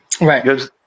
Right